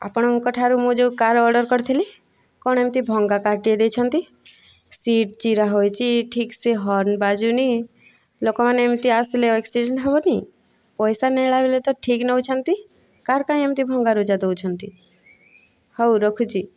ଆପଣଙ୍କଠାରୁ ମୁଁ ଯେଉଁ କାର୍ ଅର୍ଡ଼ର କରିଥିଲି କ'ଣ ଏମିତି ଭଙ୍ଗା କାର୍ଟିଏ ଦେଇଛନ୍ତି ସିଟ ଚିରା ହୋଇଛି ଠିକସେ ହର୍ନ ବାଜୁନି ଲୋକମାନେ ଏମିତି ଆସିଲେ ଆକ୍ସିଡେଣ୍ଟ ହେବନାହିଁ ପଇସା ନେଳା ବେଳେ ତ ଠିକ ନେଉଛନ୍ତି କାର୍ କାହିଁକି ଏମିତି ଭଙ୍ଗାରୁଜା ଦେଉଛନ୍ତି ହେଉ ରଖୁଛି